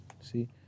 See